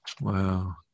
Wow